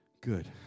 Good